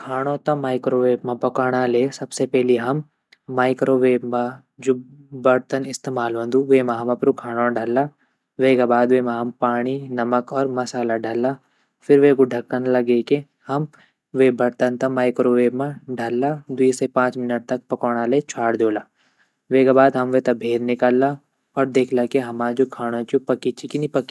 खाणों त माइक्रोवेव म पाकोंणा ले सबसे पैली हम माइक्रोवेव म जू बर्तन इस्तेमाल वंदु वेमा हम अपरू खाणों डाला वेगा बाद वेमा हम पाणी नमक और मसाला डाला फिर वेगू ढकन लगे के हम वे बर्तन त माइक्रोवेव म डाला द्वि से पाँच मिनट तक पकोणा ले छवाड दयोला वेगा बाद हम वे त भेर निकाला और देख ला की हमा जू खाणों ची ऊ पक्की ची की नी पक्की।